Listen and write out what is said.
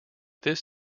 this